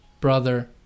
Brother